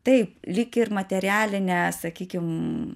taip lyg ir materialinę sakykim